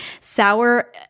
sour